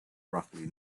roughly